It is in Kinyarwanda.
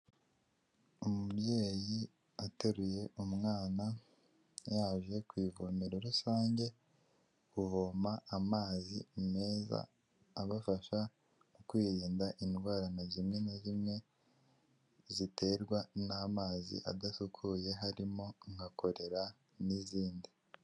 Umubyeyi ateruye umwana, yaje ku ivomero rusange kuvoma amazi meza abafasha mu kwirinda indwara zimwe na zimwe ziterwa n'amazi adasukuye, harimo nka korera n'izindi.